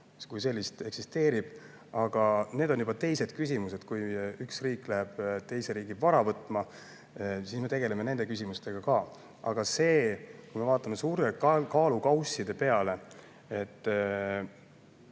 kui sellist eksisteerib. Aga need on juba teised küsimused. Kui üks riik läheb teise riigi vara võtma, siis me tegeleme nende küsimustega ka. Aga kui me vaatame suurte kaalukausside peale, selle